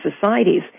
societies